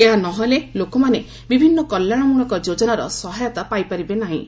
ଏହା ନହେଲେ ଲୋକମାନେ ବିଭିନ୍ନ କଲ୍ୟାଣମୂଳକ ଯୋଜନାର ସହାୟତା ପାଇପାରିବେ ନାହିଁ